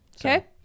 okay